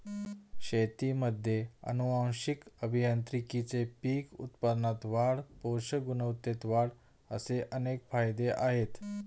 शेतीमध्ये आनुवंशिक अभियांत्रिकीचे पीक उत्पादनात वाढ, पोषक गुणवत्तेत वाढ असे अनेक फायदे आहेत